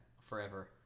forever